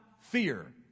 fear